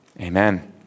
amen